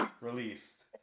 released